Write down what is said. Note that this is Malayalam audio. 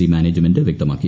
സി മാനേജ്മെന്റ് വൃക്തമാക്കി